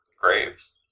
graves